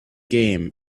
game